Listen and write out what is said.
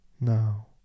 now